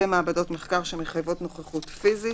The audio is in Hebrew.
מעבדות מחקר שמחייבות נוכחות פיזית.